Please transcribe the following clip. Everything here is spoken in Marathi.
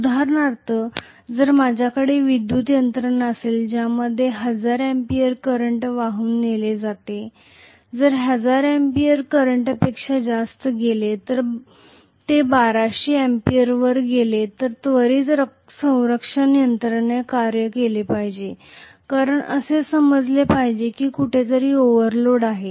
उदाहरणार्थ जर माझ्याकडे विद्युत यंत्रणा असेल ज्यामध्ये 1000 A करंट वाहून नेले जाते जर करंट 1000 A पेक्षा जास्त गेले जर ते 1200 A वर गेले तर त्वरित संरक्षण यंत्रणेने कार्य केले पाहिजे कारण असे समजले पाहिजे की तेथे कुठेतरी ओव्हरलोड आहे